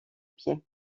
pied